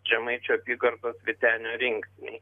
žemaičių apygardos vytenio rinktinei